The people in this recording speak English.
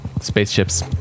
spaceships